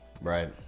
right